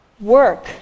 Work